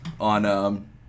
on